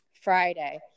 Friday